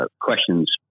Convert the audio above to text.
questions